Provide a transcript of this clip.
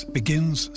begins